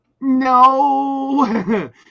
No